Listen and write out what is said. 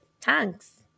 thanks